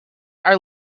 are